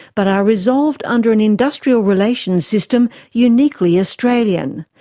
but are resolved under an industrial relations system uniquely australian,